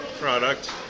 product